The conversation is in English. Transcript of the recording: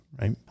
right